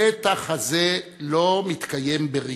המתח הזה לא מתקיים בריק.